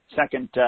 second